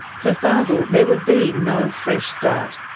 for fazel there would be no fresh start.